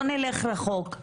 לא נלך רחוק.